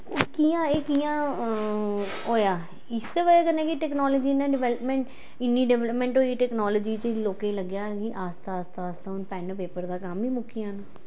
कियां एह् कियां होया इस्सै वजह कन्नै कि टेक्नोलाजी नै डेवलपमैंट इन्नी डेवलपमैंट होई टेक्नोलाजी च लोकें गी लग्गेआ कि आस्ता आस्ता आस्ता हून पैन्न पेपर दा कम्म ही मुक्की जाना